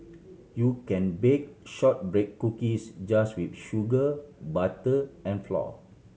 you can bake shortbread cookies just with sugar butter and flour